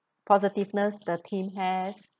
positiveness the team has